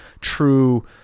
true